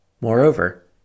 Moreover